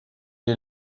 est